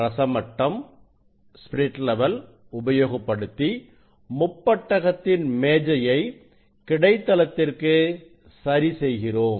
ரசமட்டம் உபயோகப்படுத்தி முப்பட்டகத்தின் மேஜையை கிடைத்தளத்திற்கு சரி செய்கிறோம்